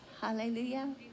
hallelujah